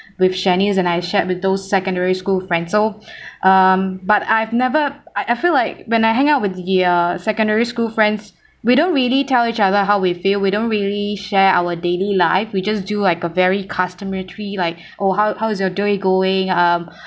with shanice than I shared with those secondary school friends so um but I've never I I feel like when I hang out with the uh secondary school friends we don't really tell each other how we feel we don't really share our daily life we just do like a very customary like oh how how's your day going um